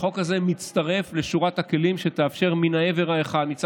החוק הזה מתווסף לשורת כלים שיאפשרו אכיפה